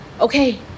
okay